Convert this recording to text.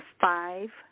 Five